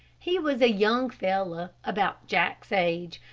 he was a young fellow about jack's age,